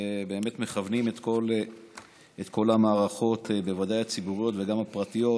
ומכוונים את כל המערכות הציבוריות וגם הפרטיות